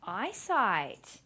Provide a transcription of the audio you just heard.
eyesight